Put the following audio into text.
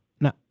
Now